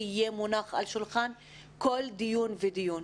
יהיה מונח על השולחן בכל דיון ודיון.